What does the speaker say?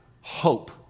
hope